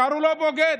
קראו לו בוגד.